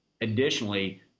additionally